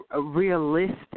realistic